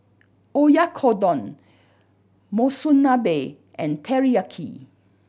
Oyakodon Monsunabe and Teriyaki